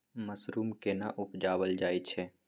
Mushroom केना उबजाबल जाय छै?